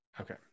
Okay